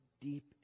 deep